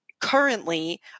Currently